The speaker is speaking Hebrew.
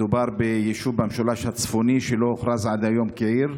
מדובר ביישוב במשולש הצפוני שלא הוכרז עד היום כעיר.